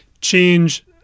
change